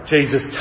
Jesus